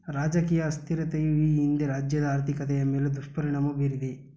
ರಾಜಕೀಯ ಅಸ್ಥಿರತೆಯು ಈ ಹಿಂದೆ ರಾಜ್ಯದ ಆರ್ಥಿಕತೆಯ ಮೇಲೆ ದುಷ್ಪರಿಣಾಮ ಬೀರಿದೆ